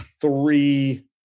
three